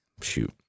shoot